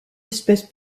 espèce